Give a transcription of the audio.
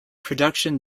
production